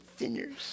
thinners